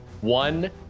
one